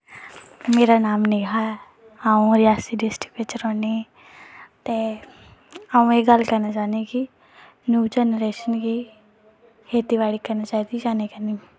मेरा नांऽ नेहा ऐ अं'ऊ रियासी डिस्ट्रिक्ट बिच रौह्न्नीं ते अं'ऊ एह् गल्ल करना चाह्न्नीं कि न्यू जनरेशन गी खेती बाड़ी करनी चाहिदी जां नेईं करना चाहिदी